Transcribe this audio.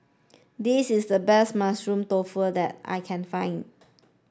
this is the best mushroom tofu that I can find